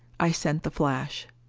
i sent the flash.